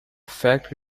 fact